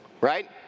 right